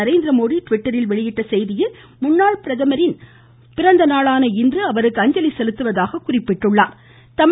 நரேந்திரமோடி ட்விட்டரில் வெளியிட்டுள்ள செய்தியில் முன்னாள் பிரதமரின் பிறந்த நாளான இன்று அவருக்கு அஞ்சலி செலுத்துவதாக குறிப்பிட்டார்